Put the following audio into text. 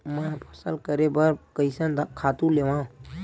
मैं ह फसल करे बर कइसन खातु लेवां?